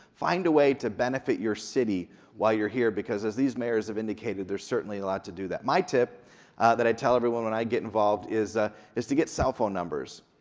find a way to benefit your city while you're here because as these mayors have indicated, there's certainly a lot to do that. my tip that i tell everyone when i get involved is ah is to get cell phone numbers.